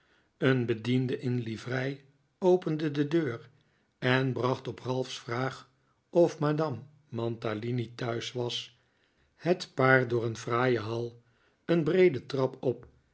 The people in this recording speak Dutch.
een bediende in livrei opende de deur en bracht op ralph's vraag of madame mantalini thuis was het paar door een fraaie hall een breede trap op